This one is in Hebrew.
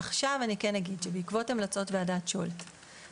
עכשיו אני כן אגיד שבעקבות המלצות ועדת שולט,